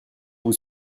vous